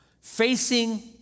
facing